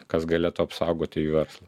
kas galėtų apsaugoti jų verslą